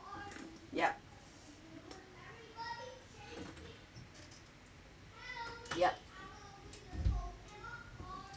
yup yup